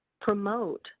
promote